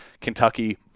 Kentucky